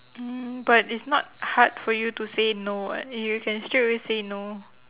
mm but it's not hard for you to say no [what] and you can straight away say no